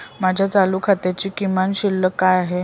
माझ्या चालू खात्याची किमान शिल्लक काय आहे?